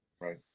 Right